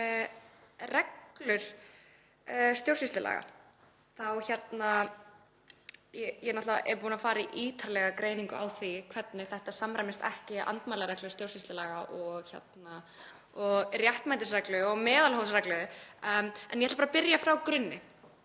reglur stjórnsýslulaga. Ég er náttúrlega búin að fara í ítarlega greiningu á því hvernig þetta samræmist ekki andmælareglu stjórnsýslulaga og réttmætisreglu og meðalhófsreglu. En ég ætla bara að byrja frá grunni,